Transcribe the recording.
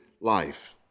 life